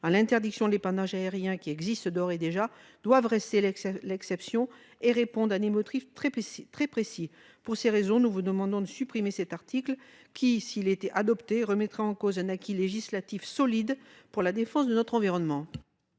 à l'interdiction de l'épandage aérien qui existent d'ores et déjà doivent rester l'exception et répondre à des motifs très précis. Pour ces raisons, nous vous demandons de supprimer cet article, qui, s'il était adopté, remettrait en cause un acquis législatif solide pour la défense de notre environnement.